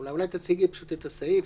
אולי תציגי את הסעיף.